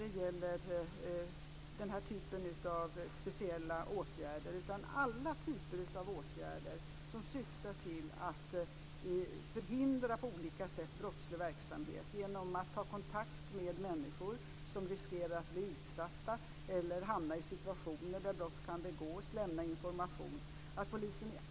Det gäller inte bara i den här typen av speciella åtgärder utan i alla slags åtgärder som syftar till att på olika sätt förhindra brottslig verksamhet. Det kan vara att man tar kontakt med människor som riskerar att bli utsatta eller hamna i situationer där brott kan begås och lämnar information.